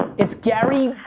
it's gary,